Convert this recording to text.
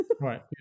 Right